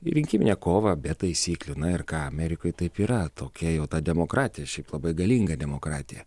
į rinkiminę kovą be taisyklių na ir ką amerikoj taip yra tokia jau ta demokratija šiaip labai galinga demokratija